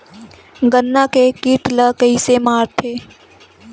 गन्ना के कीट ला कइसे मारथे?